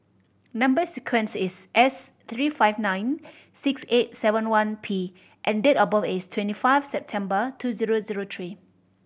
number sequence is S three five nine six eight seven one P and date of birth is twenty five September two zero zero three